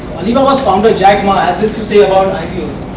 alibaba's founder jack ma, has this to say about ipo's.